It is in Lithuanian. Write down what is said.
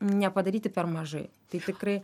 nepadaryti per mažai tai tikrai